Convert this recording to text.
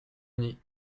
uni